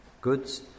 goods